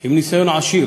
עם ניסיון עשיר